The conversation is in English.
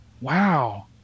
Wow